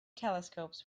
telescopes